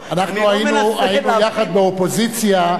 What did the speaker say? היינו יחד באופוזיציה,